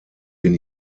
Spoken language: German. den